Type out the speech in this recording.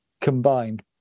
combined